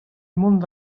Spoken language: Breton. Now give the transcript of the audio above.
mont